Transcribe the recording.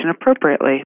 appropriately